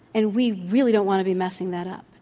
and we really don't want to be messing that up.